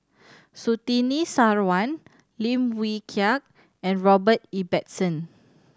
Surtini Sarwan Lim Wee Kiak and Robert Ibbetson